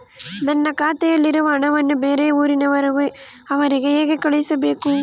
ನನ್ನ ಖಾತೆಯಲ್ಲಿರುವ ಹಣವನ್ನು ಬೇರೆ ಊರಿನಲ್ಲಿರುವ ಅವರಿಗೆ ಹೇಗೆ ಕಳಿಸಬೇಕು?